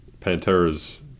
Pantera's